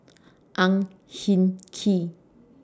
Ang Hin Kee